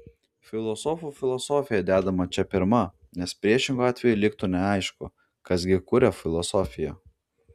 filosofų filosofija dedama čia pirma nes priešingu atveju liktų neaišku kas gi kuria filosofiją